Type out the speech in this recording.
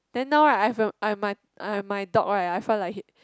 then now right I have a I have my I have my dog right I felt like